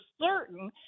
certain